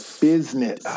business